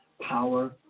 power